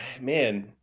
man